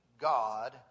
God